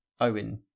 Owen